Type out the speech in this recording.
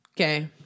Okay